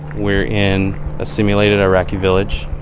we're in a simulated iraqi village.